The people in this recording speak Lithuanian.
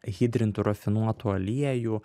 hidrintų rafinuotų aliejų